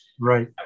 Right